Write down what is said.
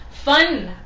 fun